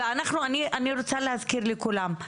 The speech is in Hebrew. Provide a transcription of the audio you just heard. ואני רוצה להזכיר לכולם: